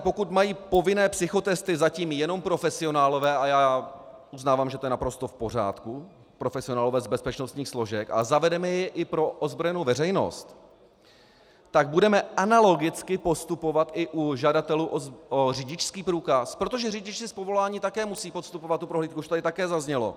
Pokud mají povinné psychotesty zatím jenom profesionálové, a já uznávám, že to je naprosto v pořádku, profesionálové z bezpečnostních složek, a zavedeme je i pro ozbrojenou veřejnost, tak budeme analogicky postupovat i u žadatelů o řidičský průkaz, protože řidiči z povolání také musí podstupovat tu prohlídku, už to tady také zaznělo.